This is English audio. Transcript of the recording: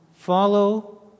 follow